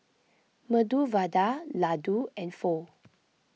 Medu Vada Ladoo and Pho